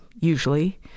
usually